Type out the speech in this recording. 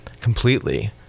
completely